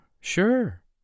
sure